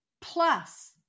plus